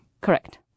Correct